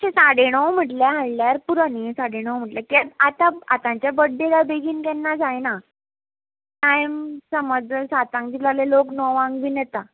अशें साडे णव म्हटल्यार हाडल्यार पुरो न्ही साडे णव म्हटल्यार कित्या आतां आतांच्या बर्थडे बेगीन केन्ना जायना टायम समज जर सातांक दिता जाल्यार लोक णवांक बीन येता